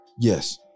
Yes